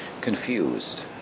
confused